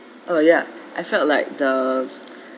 uh ya I felt like the